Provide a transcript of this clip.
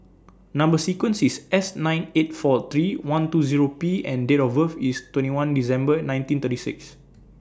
Number sequence IS S nine eight four three one two Zero P and Date of birth IS twenty one December nineteen thirty six